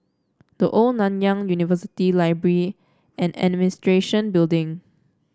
The Old Nanyang University Library and Administration Building